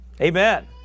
Amen